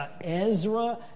Ezra